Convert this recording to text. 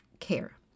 care